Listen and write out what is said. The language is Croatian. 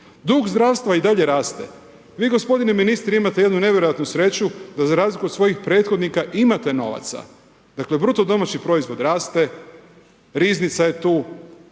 Dug zdravstva i dalje raste. Vi gospodine ministre imate jednu nevjerojatnu sreću da razliku od svojih prethodnika, imate novaca. Dakle BDP raste, riznica je tu